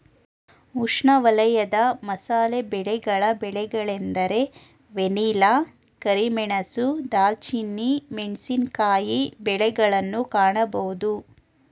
ಉಷ್ಣವಲಯದ ಮಸಾಲೆ ಬೆಳೆಗಳ ಬೆಳೆಗಳೆಂದರೆ ವೆನಿಲ್ಲಾ, ಕರಿಮೆಣಸು, ದಾಲ್ಚಿನ್ನಿ, ಮೆಣಸಿನಕಾಯಿ ಬೆಳೆಗಳನ್ನು ಕಾಣಬೋದು